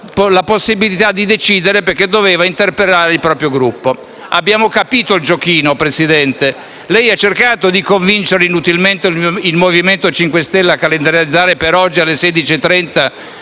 la possibilità di decidere perché doveva interpellare il proprio Gruppo. Abbiamo capito il giochino, signor Presidente. Ella ha cercato di convincere inutilmente il Movimento 5 Stelle a calendarizzare per oggi alle 16,30